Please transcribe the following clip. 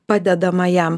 padedama jam